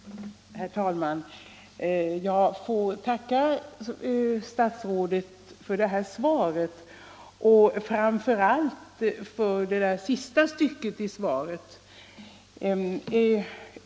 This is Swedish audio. Herr talman! Jag får tacka statsrådet för svaret och framför allt för det sista stycket i svaret.